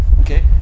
okay